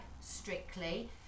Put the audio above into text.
Strictly